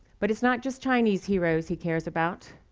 but it's not just chinese heroes he cares about.